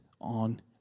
on